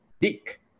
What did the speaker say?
dick